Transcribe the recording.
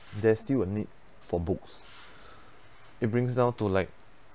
there still a need for books it brings down to like